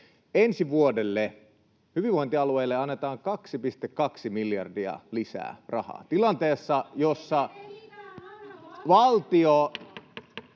Ensi vuodelle hyvinvointialueille annetaan 2,2 miljardia lisää rahaa tilanteessa, [Krista Kiuru: